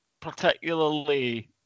particularly